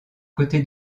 côté